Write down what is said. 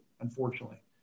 unfortunately